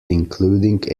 including